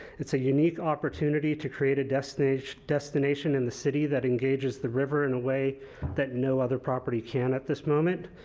it's a unique opportunity to create a destination destination in the city that engages the river in a way that no other property can at this moment.